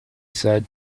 said